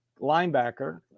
linebacker